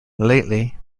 lately